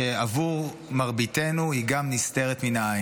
שעבור מרביתנו היא גם נסתרת מן העין.